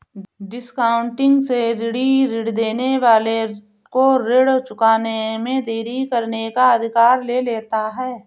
discounting से ऋणी ऋण देने वाले को ऋण चुकाने में देरी करने का अधिकार ले लेता है